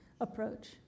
approach